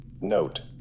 Note